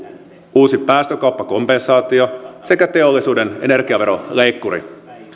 uusi päästökauppakompensaatio sekä teollisuuden energiaveroleikkuri